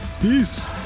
Peace